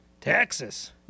Texas